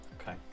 okay